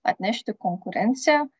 atnešti konkurencija